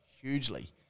hugely